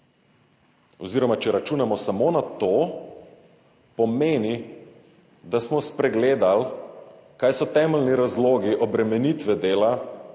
oziroma, če računamo samo na to, pomeni, da smo spregledali kaj so temeljni razlogi obremenitve dela,